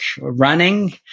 running